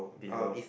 below